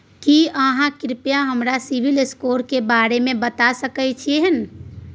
की आहाँ कृपया हमरा सिबिल स्कोर के बारे में बता सकलियै हन?